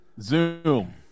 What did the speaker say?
Zoom